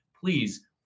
please